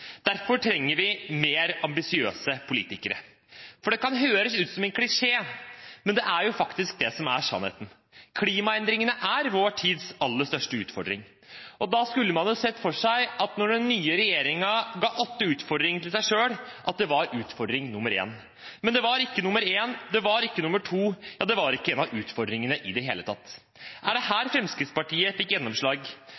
Derfor trenger vi mer ambisiøse politikere. Det kan høres ut som en klisjé, men det er jo faktisk det som er sannheten: Klimaendringen er vårt tids aller største utfordring. Da skulle man sett for seg at når den nye regjeringen ga åtte utfordringer til seg selv, var det utfordring nr. 1. Men det var ikke nr. 1, det var ikke nr. 2 – det var ikke en av utfordringene i det hele tatt. Er det her